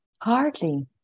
Hardly